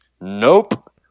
Nope